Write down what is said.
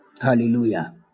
Hallelujah